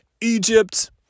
Egypt